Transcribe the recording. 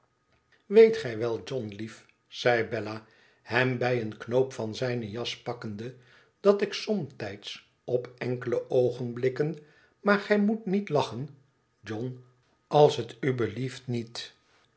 weet gij wel john lief zei bella hem bij een knoop van zijne jas pakkende dat ik somtijds op enkele oogenblikken maar gij moet niet lachen john als t u blieft niet